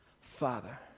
Father